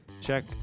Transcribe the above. Check